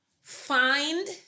find